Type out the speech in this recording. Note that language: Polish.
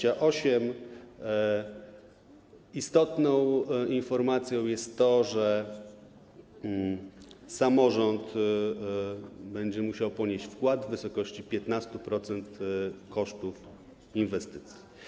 Istotną informacją jest to, że samorząd będzie musiał ponieść wkład w wysokości 15% kosztów inwestycji.